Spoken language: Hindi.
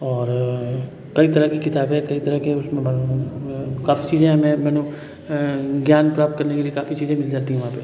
और कई तरह की किताबें कई तरह के उसमें काफी चीज़ें हमें मैंने ज्ञान प्राप्त करने के लिए काफी चीज़ें मिल जाती हैं वहाँ पर